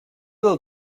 del